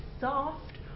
soft